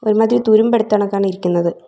ഒരുമാതിരി തുരുമ്പെടുത്ത കണക്കാണ് ഇരിക്കുന്നത്